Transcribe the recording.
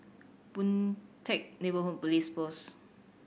Boon Teck Neighbourhood Police Post